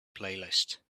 playlist